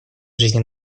жизни